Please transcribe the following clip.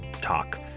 talk